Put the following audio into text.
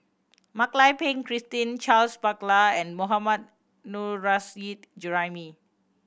Mak Lai Peng Christine Charles Paglar and Mohammad Nurrasyid Juraimi